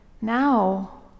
now